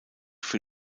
für